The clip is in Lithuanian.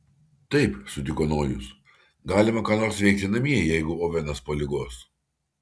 taip sutiko nojus galima ką nors veikti namie jeigu ovenas po ligos